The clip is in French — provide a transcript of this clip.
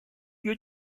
lieu